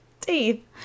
teeth